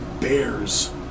bears